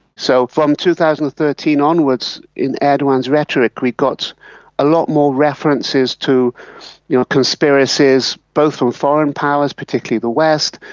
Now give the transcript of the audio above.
so from two thousand and thirteen onwards in erdogan's rhetoric we got a lot more references to you know conspiracies, both from foreign powers, particularly the west,